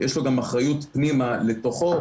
יש גם אחריות פנימה לתוכה.